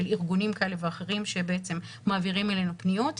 של ארגונים כאלה ואחרים שמעבירים אלינו פניות.